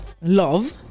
love